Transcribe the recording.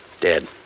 Dead